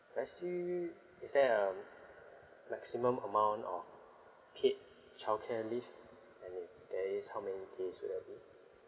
there's the is there um maximum amount of paid childcare leave and if there is how many days will that be